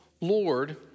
Lord